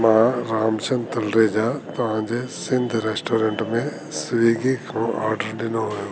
मां रामचंद तलरेजा तव्हांजे सिंध रेस्टोरेंट में स्विगी ऑडर ॾिनो हुओ